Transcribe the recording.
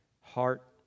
heart